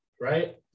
right